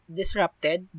disrupted